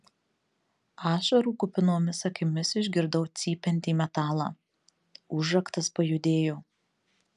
ašarų kupinomis akimis išgirdau cypiantį metalą užraktas pajudėjo